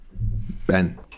Ben